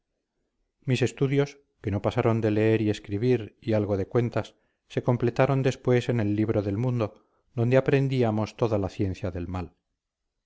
mis estudios que no pasaron de leer y escribir y algo de cuentas se completaron después en el libro del mundo donde aprendíamos toda la ciencia del mal